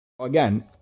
Again